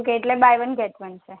okay એટલે buy one get one છે